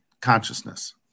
consciousness